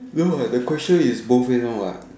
no what the question is both meh no what